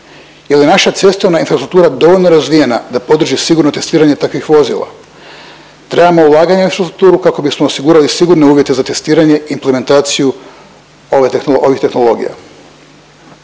Je li naša cestovna infrastruktura dovoljno razvijena da podrži sigurno testiranje takvih vozila. Trebamo ulaganja u infrastrukturu kako bismo osigurali sigurne uvjete za testiranje i implementaciju ove, ovih tehnologija.